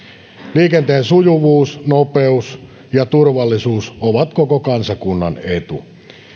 liikenteen sujuvuus nopeus ja turvallisuus ovat koko kansakunnan etu